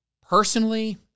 Personally